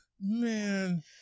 man